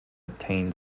obtained